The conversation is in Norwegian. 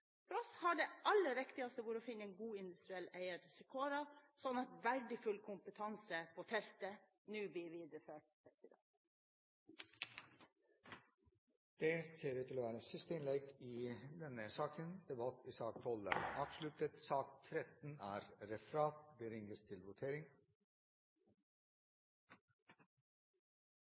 For oss har det aller viktigste vært å finne en god industriell eier til Secora, sånn at verdifull kompetanse på feltet nå blir videreført. Dermed er debatten i sak nr. 12 avsluttet. Vi er da klare til å gå til votering.